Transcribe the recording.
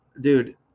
Dude